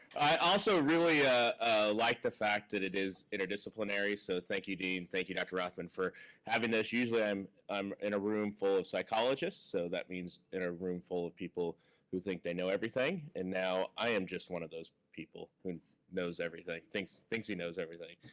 i also really ah like the fact that it is interdisciplinary. so thank you, dean, thank you, dr. rothman, for having this. usually, i'm um in a room full of psychologists, so that means in a room full of people who think they know everything. and now i am just one of those people who knows everything, thinks thinks he knows everything.